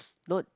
not